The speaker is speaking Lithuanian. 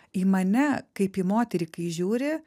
į mane kaip į moterį kai žiūri